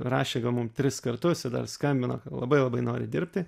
rašė gal mum tris kartus ir dar skambino kad labai labai nori dirbti